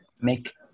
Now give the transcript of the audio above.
make